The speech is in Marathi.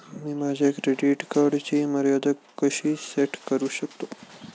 मी माझ्या क्रेडिट कार्डची मर्यादा कशी सेट करू शकतो?